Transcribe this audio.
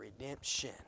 redemption